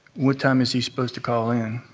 what time is he supposed to call in?